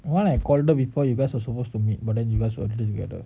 one I called her before you guys are supposed to meet but then you guys wasn't together